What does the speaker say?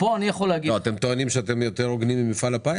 אתם טוענים שאתם הוגנים יותר ממפעל הפיס?